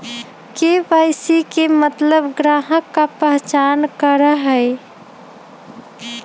KYC के मतलब ग्राहक का पहचान करहई?